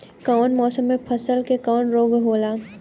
कवना मौसम मे फसल के कवन रोग होला?